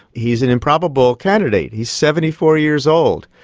he is an improbable candidate. he is seventy four years old,